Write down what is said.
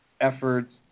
efforts